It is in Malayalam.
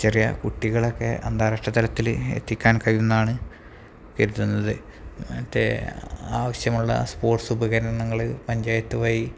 ചെറിയ കുട്ടികളൊക്കെ അന്താരാഷ്ട്ര തലത്തിൽ എത്തിക്കാൻ കഴിയുന്നതാണ് എത്തുന്നത് മറ്റ് ആവശ്യമുള്ള സ്പോട്സ് ഉപകരണങ്ങൾ പഞ്ചായത്തു വഴി